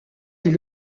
est